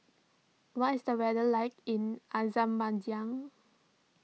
what is the weather like in Azerbaijan